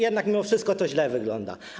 Jednak mimo wszystko to źle wygląda.